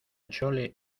chole